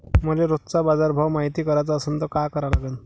मले रोजचा बाजारभव मायती कराचा असन त काय करा लागन?